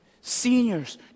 seniors